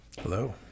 Hello